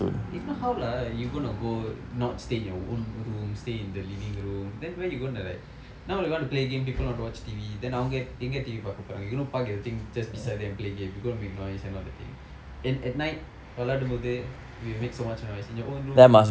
if not how lah you going to go not stay in your own room stay in the living room then where you going to like now you want to play game people want to watch T_V then அவங்க எங்க:avnga enga T_V பார்க்க போறாங்க:paarka pooranga you don't park everything just beside them play game they're going to make noise and all that thing and at night விளையாடும் பொது:vilayaadum poothu you make so much noise in your own room